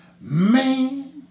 Man